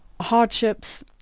hardships